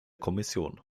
kommission